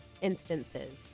instances